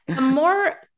more